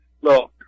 look